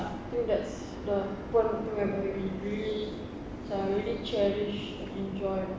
I think that's pun what I would really macam really cherish enjoy